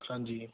ਹਾਂਜੀ